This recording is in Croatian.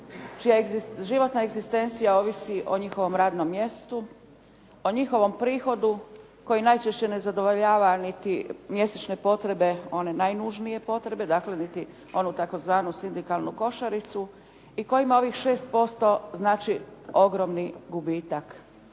čija životna egzistencija ovisi o njihovom radnom mjestu, o njihovom prihodu koji najčešće ne zadovoljava niti mjesečne potrebe one najnužnije, dakle niti onu tzv. sindikalnu košaricu i kojima ovih 6% znači ogromni gubitak.